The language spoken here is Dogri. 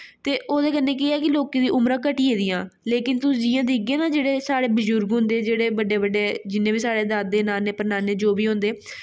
ते ओह्दे कन्नै केह् ऐ कि लोकें दियां उमरां घट्टी गेदियां लेकिन तुस जि'यां दिक्खगे ना जेह्ड़े साढ़े बजुर्ग होंदे जेह्ड़े बड्डे बड्डे जिन्ने बी साढ़े दादे नाने परनाने जो बी होंदे